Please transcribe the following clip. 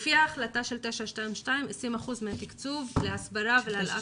לפי ההחלטה של 922 20% מהתקצוב להסברה ולהעלאת